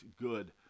good